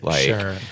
Sure